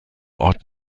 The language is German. ort